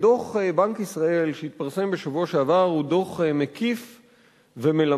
דוח בנק ישראל שהתפרסם בשבוע שעבר הוא דוח מקיף ומלמד,